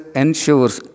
ensures